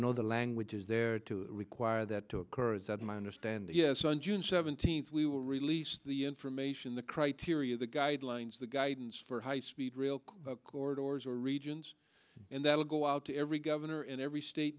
know the language is there to require that to occur is that my understanding yes on june seventeenth we will release the information the criteria the guidelines the guidance for high speed rail corridors or regions and that will go out to every governor in every state